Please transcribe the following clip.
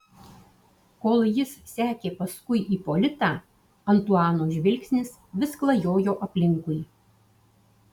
kol jis sekė paskui ipolitą antuano žvilgsnis vis klajojo aplinkui